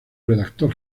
redactor